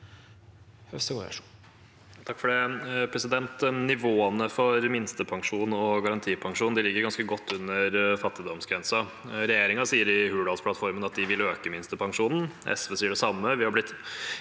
Øvstegård (SV) Nivåene for minstepensjon og garantipensjon ligger ganske godt under fattigdomsgrensen. Regjeringen sier i Hurdalsplattformen at de vil øke minstepensjonen. SV sier det samme.